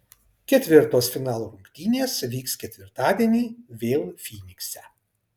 ketvirtos finalo rungtynės vyks ketvirtadienį vėl fynikse